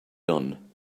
done